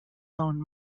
known